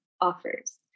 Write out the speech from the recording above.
offers